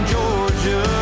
Georgia